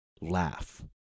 laugh